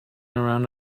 around